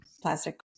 plastic